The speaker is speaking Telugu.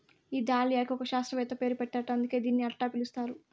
ఈ దాలియాకి ఒక శాస్త్రవేత్త పేరు పెట్టారట అందుకే దీన్ని అట్టా పిలుస్తారు